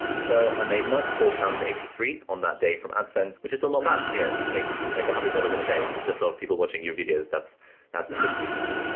so i made ninety four pounds eighty three on that day from adsense, which is still not bad, you know, if you make um one hundred dollars in a day just of people watching your videos that's that's pretty reasonable.